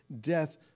death